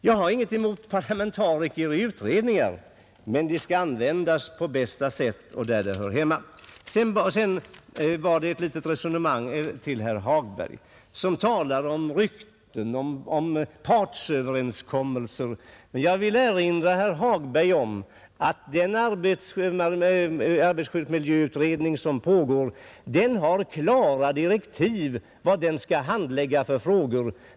Jag har ingenting emot parlamentariker i utredningar, men parlamentarikerna skall användas på bästa sätt och där de hör hemma. Herr Hagberg talade om rykten om partsöverenskommelser. Jag vill erinra herr Hagberg om att arbetsmiljöutredningen har klara direktiv om vilka frågor den skall handlägga.